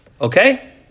okay